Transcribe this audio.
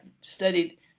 studied